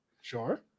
sure